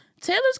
Taylor's